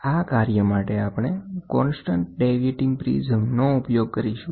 આ કાર્ય માટે આપણે કોન્સ્ટન્ટ ડેવિયેટીગ પ્રિઝમનો ઉપયોગ કરીશું